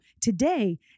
today